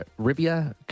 Rivia